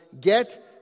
get